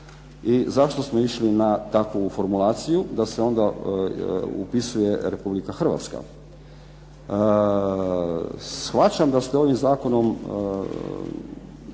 i zašto smo išli na takovu formulaciju, da se onda upisuje Republika Hrvatska. Shvaćam da ste ovim zakonom